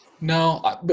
No